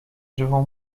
żywą